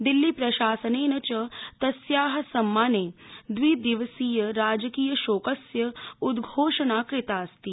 दिल्ली प्रशासनेन च तस्या सम्माने द्विदिवसीय राजकीय शोकस्य उद्घोषणा कृताऽस्ति